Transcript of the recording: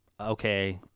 okay